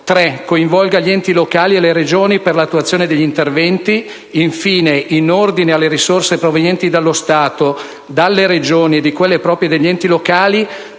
coinvolga gli enti locali e le Regioni per l'attuazione degli interventi; infine, in ordine alle risorse provenienti dallo Stato, dalle Regioni e di quelle proprie degli enti locali,